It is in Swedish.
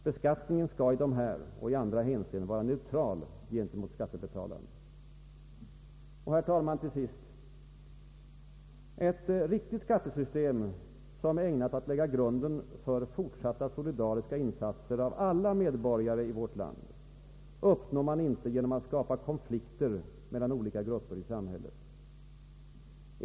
Beskattningen skall i dessa och andra hänseenden vara neutral. Och, herr talman, till sist: ett riktigt skattesystem, ägnat att lägga grunden för fortsatta solidariska insatser av alla medborgare i vårt land, uppnår man inte genom att skapa konflikter mellan olika grupper i samhället.